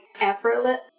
effortless